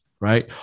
right